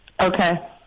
Okay